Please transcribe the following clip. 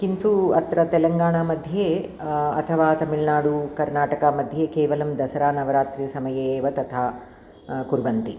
किन्तु अत्र तेलङ्गाणामध्ये अथवा तमिल्नाडुः कर्नाटकमध्ये केवलं दसरा नवरात्रिसमये एव तथा कुर्वन्ति